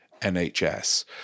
NHS